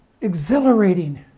exhilarating